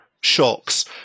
shocks